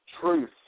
truth